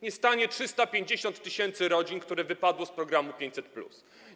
Nie stanie 350 tys. rodzin, które wypadły z programu 500+.